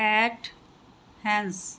hat hands